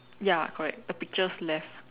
ya correct the picture's left